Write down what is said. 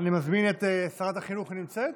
אני מזמין את שרת החינוך, היא נמצאת?